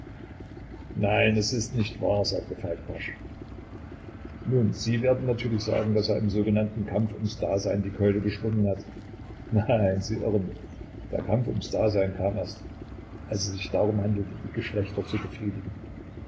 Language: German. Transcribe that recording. nein es ist nicht wahr sagte falk barsch nun sie werden natürlich sagen daß er im sogenannten kampf ums dasein die keule geschwungen hat nein sie irren der kampf ums dasein kam erst als es sich darum handelte das geschlecht zu befriedigen